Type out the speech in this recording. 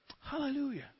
Hallelujah